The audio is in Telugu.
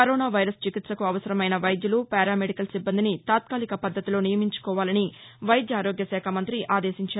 కరోనా వైరస్ చికిత్సకు అవసరమైన వైద్యులు పారా మెడికల్ సిబ్బందిని తాత్కాలిక పద్దతిలో నియమించుకోవాలని వైద్యారోగ్యశాఖ మంతి ఆదేశించారు